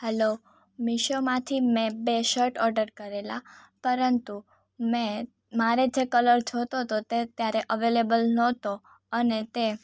hello મિશોમાંથી મેં બે શર્ટ ઓર્ડર કરેલા પરંતુ મેં મારે જે કલર જોઈતો હતો તે ત્યારે અવેલેબલ નહોતો અને તે